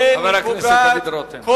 חבר הכנסת דוד רותם.